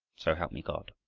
so help me god!